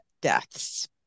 deaths